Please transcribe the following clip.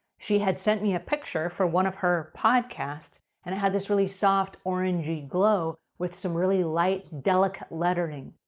she had sent me a picture for one of her podcasts and it had this really soft orangey glow with some really light, delicate lettering.